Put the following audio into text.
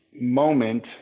moment